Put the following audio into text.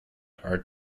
are